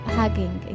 hugging